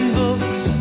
books